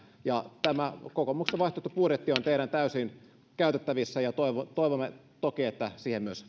ja tämä kokoomuksen vaihtoehtobudjetti on täysin teidän käytettävissänne ja toivomme toki että siihen myös